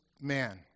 man